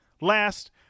Last